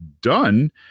done